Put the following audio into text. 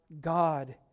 God